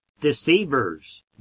deceivers